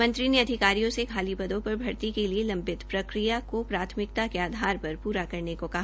मंत्री ने अधिकारियों से खाली पदों पर भर्ती के लिए लंम्बित प्रक्रिया को प्राथमिकता के आधार पर प्रा करने को कहा